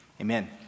Amen